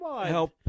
help